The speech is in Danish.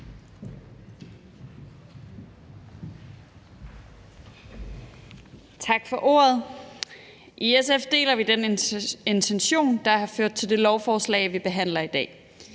Tak for ordet. I SF deler vi den intention, der har ført til det lovforslag, vi behandler i dag.